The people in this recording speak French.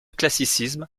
classicisme